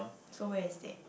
so where is that